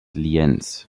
lienz